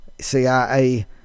CIA